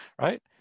right